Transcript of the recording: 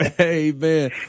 Amen